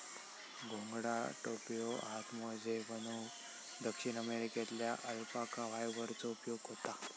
घोंगडा, टोप्यो, हातमोजे बनवूक दक्षिण अमेरिकेतल्या अल्पाका फायबरचो उपयोग होता